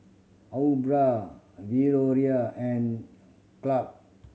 Aubra Valorie and Clarke